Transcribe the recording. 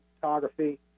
photography